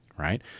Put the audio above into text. right